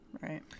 Right